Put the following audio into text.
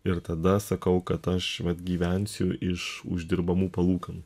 ir tada sakau kad aš vat gyvensiu iš uždirbamų palūkanų